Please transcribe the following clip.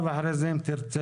ואתה יודע,